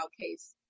case